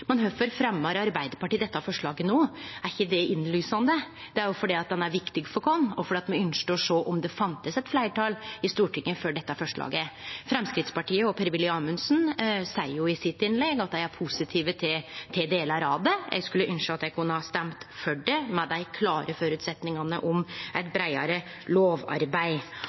forslaget no? Er ikkje det innlysande? Det er fordi det er viktig for oss, og fordi vi ynskte å sjå om det var eit fleirtal i Stortinget for dette forslaget. Per-Willy Amundsen frå Framstegspartiet seier i innlegget sitt at dei er positive til delar av det. Eg skulle ynskje at dei kunne ha røysta for det med dei klare føresetnadene om eit breiare lovarbeid.